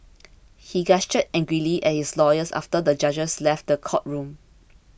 he gestured angrily at his lawyers after the judges left the courtroom